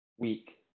week